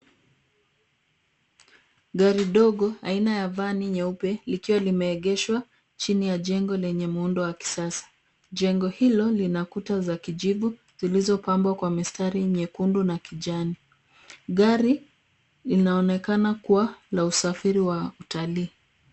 Gari dogo jeupe limeegeshwa chini ya jengo lenye umbo la kisasa. Jengo hilo limepambwa na kuta za kijivu zenye mistari ya rangi nyekundu na kijani. Gari linaonekana kuwa la usafiri wa utalii